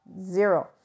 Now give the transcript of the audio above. zero